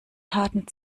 taten